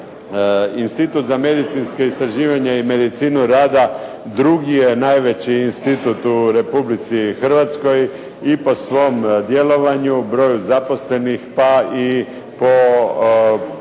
Instituta za medicinska istraživanja i medicinu rada drugi je najveći institut u Republici Hrvatskoj i po svom djelovanju, broju zaposlenih, pa i po